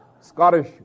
Scottish